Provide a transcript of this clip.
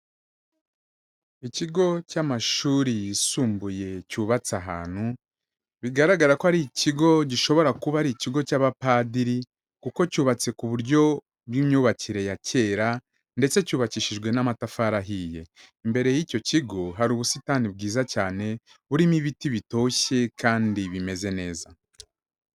Ikigo cy'amashuri yisumbuye cyubatse ahantu, bigaragara ko ari ikigo gishobora kuba ari ikigo cy'abapadiri, kuko cyubatse ku buryo bw'imyubakire ya kera, ndetse cyubakishijwe n'amatafari ahiye. Imbere y'icyo kigo hari ubusitani bwiza cyane, burimo ibiti bitoshye kandi bimeze neza.